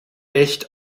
echt